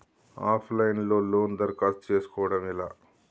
Of line లో loan దరఖాస్తు చేసుకోవడం ఎలా?